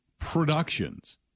productions